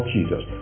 Jesus